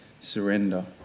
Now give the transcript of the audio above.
surrender